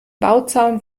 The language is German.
bauzaun